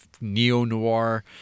neo-noir